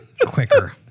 quicker